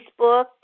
Facebook